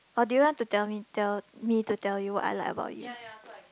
or do you want to tell me tell me to tell you what I like about you